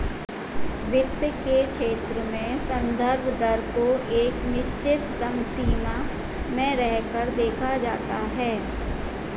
वित्त के क्षेत्र में संदर्भ दर को एक निश्चित समसीमा में रहकर देखा जाता है